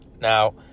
Now